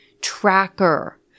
tracker